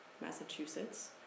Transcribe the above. Massachusetts